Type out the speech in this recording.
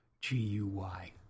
G-U-Y